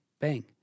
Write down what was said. Bang